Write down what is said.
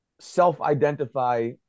self-identify